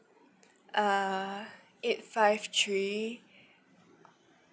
uh eight five three